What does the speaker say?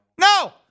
No